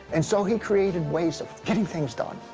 and so he created ways of getting things done,